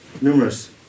numerous